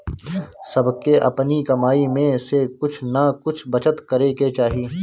सबके अपनी कमाई में से कुछ नअ कुछ बचत करे के चाही